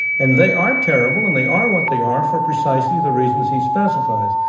and they are terrible and they are what they are for precisely the reasons he specifies,